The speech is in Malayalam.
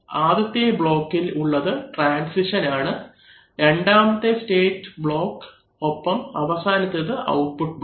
ആദ്യത്തെ ബ്ലോക്കിൽ ഉള്ളത് ട്രാൻസിഷൻ ആണ് രണ്ടാമത്തേത് സ്റ്റേറ്റ് ബ്ലോക്ക് ഒപ്പം അവസാനത്തേത് ഔട്ട്പുട്ട് ബ്ലോക്ക്